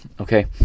Okay